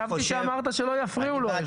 חשבתי שאמרת שלא יפריעו לו.